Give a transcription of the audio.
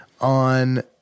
on